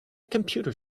computer